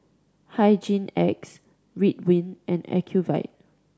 Hygin X Ridwind and Ocuvite